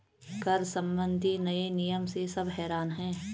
कर संबंधी नए नियम से सब हैरान हैं